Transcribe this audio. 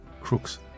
crooks